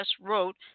wrote